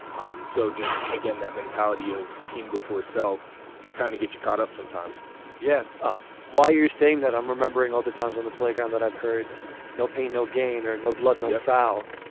um so just again that mentality of team before self and kind of get you caught up sometimes yeah. ah why you're saying that i'm remembering all the times on the playground that i've heard no pain no gain or no blood no foul.